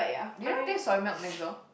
you know there's soymilk next door